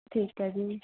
ਠੀਕ ਹੈ ਜੀ